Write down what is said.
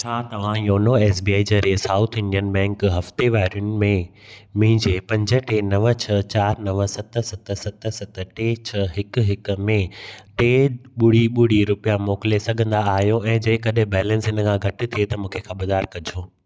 छा तव्हां YONO S B I ज़रिए साउथ इंडियन बैंक हफ़्तेवारियुनि में मुंहिंजे पंज टे नव छ्ह चारि नव सत सत सत सत टे छह हिक हिक में टे ॿुड़ी ॿुड़ी रुपिया मोकिले सघंदा आहियो ऐं जेकॾहिं बैलेंस इन खां घटि थिए त मूंखे ख़बरदारु कजो